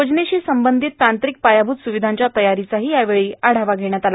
योजनेशी संबंधित तांत्रिक पायाभूत सुविधांच्या तयारीचाही यावेळी आढावा घेण्यात आला